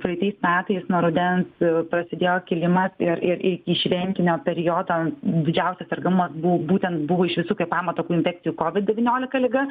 praeitais metais nuo rudens prasidėjo kilimas ir ir iki šventinio periodo didžiausias sergamumas buvo būtent buvo iš visųkvėpavimo takų infekcijų kovid devyniolika liga